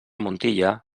montilla